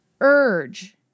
urge